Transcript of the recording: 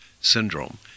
syndrome